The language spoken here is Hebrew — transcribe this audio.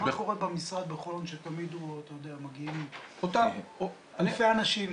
מה קורה במשרד בחולון שתמיד מגיעים אלפי אנשים?